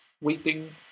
Weeping